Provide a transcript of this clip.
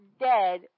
dead